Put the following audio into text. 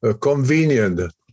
convenient